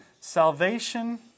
Salvation